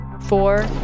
Four